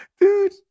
Dude